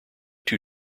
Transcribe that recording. two